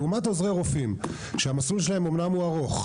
לעומת עוזרי רופאים שהמסלול שלהם הוא אומנם ארוך,